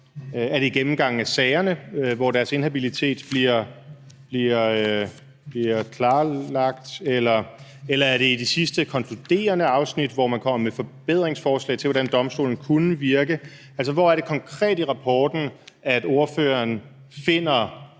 er det i gennemgangen af sagerne, hvor deres inhabilitet bliver klarlagt, eller er det i de sidste konkluderende afsnit, hvor man kommer med forbedringsforslag til, hvordan domstolen kunne virke? Altså, hvor er det konkret i rapporten, at ordføreren finder